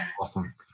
awesome